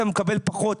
אתה מקבל פחות.